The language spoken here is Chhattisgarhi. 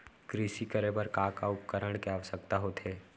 कृषि करे बर का का उपकरण के आवश्यकता होथे?